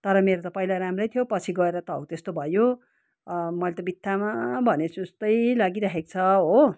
तर मेरो त पहिला राम्रै थियो पछि गएर त हौ त्यस्तो भयो मैले त बित्थामा भनेछु जस्तै लागिराखेको छ हो